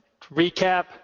recap